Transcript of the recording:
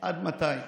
עד מתי?